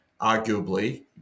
arguably